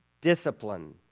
discipline